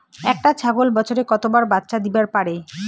একটা ছাগল বছরে কতবার বাচ্চা দিবার পারে?